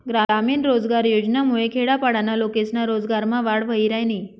ग्रामीण रोजगार योजनामुये खेडापाडाना लोकेस्ना रोजगारमा वाढ व्हयी रायनी